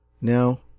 Now